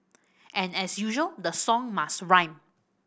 and as usual the song must rhyme